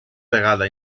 vegada